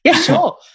sure